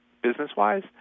Business-wise